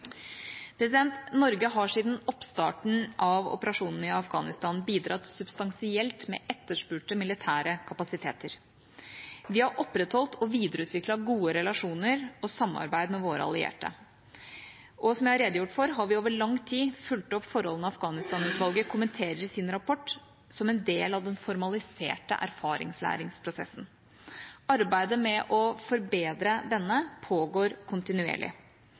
Norge har siden oppstarten av operasjonene i Afghanistan bidratt substansielt med etterspurte militære kapasiteter. Vi har opprettholdt og videreutviklet gode relasjoner og samarbeid med våre allierte. Som jeg har redegjort for, har vi over lang tid fulgt opp forholdene Afghanistan-utvalget kommenterer i sin rapport, som en del av den formaliserte erfaringslæringsprosessen. Arbeidet med å forbedre denne pågår